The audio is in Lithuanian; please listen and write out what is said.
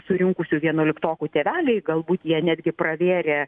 surinkusių vienuoliktokų tėveliai galbūt jie netgi pravėrė